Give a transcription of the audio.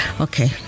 okay